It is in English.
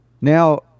Now